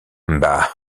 bah